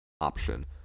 option